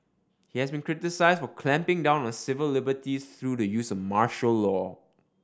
he has been criticised for clamping down on civil liberties through the use of the martial law